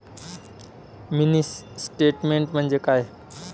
Mini statement म्हणजे काय?